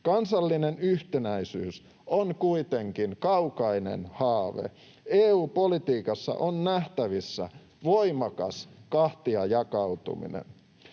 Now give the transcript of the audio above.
Kansallinen yhtenäisyys on kuitenkin kaukainen haave. EU-politiikassa on nähtävissä voimakas kahtiajakautuminen.